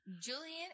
Julian